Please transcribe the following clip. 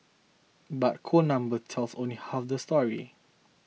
but cold numbers tells only half the story